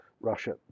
Russia